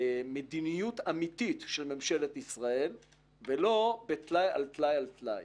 ובמדיניות אמיתית של ממשלת ישראל ולא בטלאי על טלאי על טלאי.